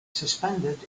suspended